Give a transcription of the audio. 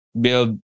build